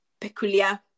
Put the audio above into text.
peculiar